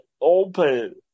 open